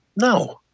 No